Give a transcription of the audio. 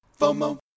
FOMO